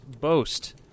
Boast